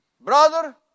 brother